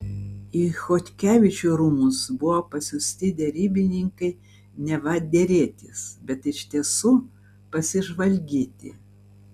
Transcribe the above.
į chodkevičių rūmus buvo pasiųsti derybininkai neva derėtis bet iš tiesų pasižvalgyti